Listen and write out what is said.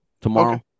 tomorrow